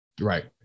Right